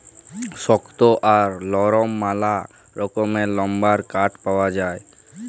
শক্ত আর লরম ম্যালা রকমের লাম্বার কাঠ পাউয়া যায়